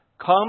Come